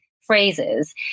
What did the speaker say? phrases